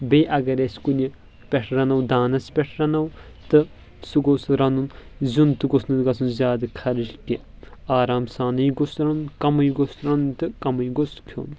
بییٚہِ اگر أسۍ کُنہِ پٮ۪ٹھ رنو دانس پٮ۪ٹھ رنو تہٕ سُہ گوٚژھ رنُن زیُن تہِ گوٚژھ نہٕ گژھُن زیادٕ خرٕچ کینٛہہ آرام سانٕے گوٚژھ رنُن کمُے گوٚژھ رنُن تہٕ کمے گوٚژھ کھیوٚن